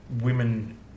women